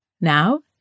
Now